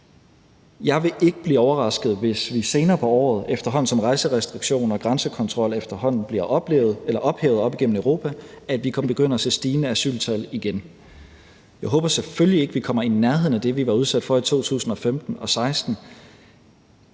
Jeg vil ikke blive overrasket, hvis vi senere på året, efterhånden som rejserestriktioner og grænsekontrol bliver ophævet op igennem Europa, begynder at se stigende asyltal igen. Jeg håber selvfølgelig ikke, at vi kommer i nærheden af det, vi var udsat for i 2015 og 2016,